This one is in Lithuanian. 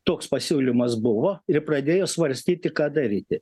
toks pasiūlymas buvo ir pradėjo svarstyti ką daryti